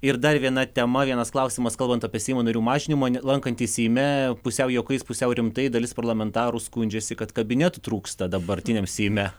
ir dar viena tema vienas klausimas kalbant apie seimo narių mažinimą lankantis seime pusiau juokais pusiau rimtai dalis parlamentarų skundžiasi kad kabinetų trūksta dabartiniam seime